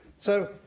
so,